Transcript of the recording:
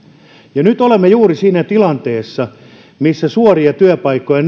ja nyt olemme juuri siinä tilanteessa missä on loppumassa suoria työpaikkoja